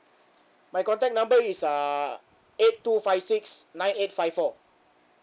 my contact number is uh eight two five six nine eight five four